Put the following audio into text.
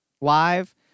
live